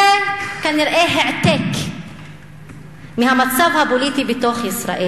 זה כנראה העתק מהמצב הפוליטי בתוך ישראל.